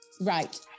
Right